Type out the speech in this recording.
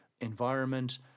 environment